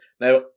Now